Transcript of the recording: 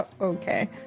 Okay